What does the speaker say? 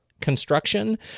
construction